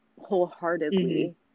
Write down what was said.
wholeheartedly